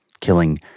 killing